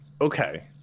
Okay